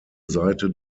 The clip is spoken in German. seite